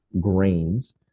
grains